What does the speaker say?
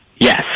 Yes